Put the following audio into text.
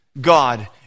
God